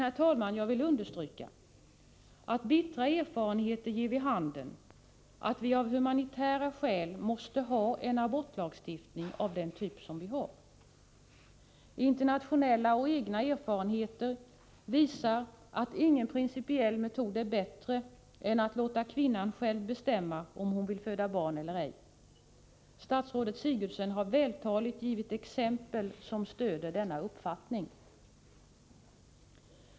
Jag vill dock, herr talman, understryka att bittra erfarenheter ger vid handen att vi av humanitära skäl måste ha en abortlagstiftning av den typ som vi har. Internationella och egna svenska erfarenheter visar att ingen principiell metod är bättre än att låta kvinnan själv bestämma om hon vill föda barn eller ej. Statsrådet Sigurdsen har vältaligt givit exempel som stöder denna uppfattning.